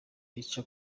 ica